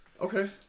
okay